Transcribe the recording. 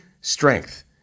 strength